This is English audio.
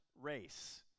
race